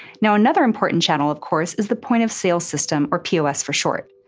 now, another important channel of course is the point-of-sale system, or pos for short.